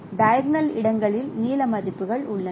diagonal இடங்களில் நீல மதிப்புகள் உள்ளன